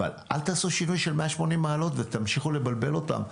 אבל אל תעשו שינוי של 180 מעלות ותמשיכו לבלבל אותם.